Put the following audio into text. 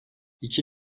i̇ki